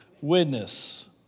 Witness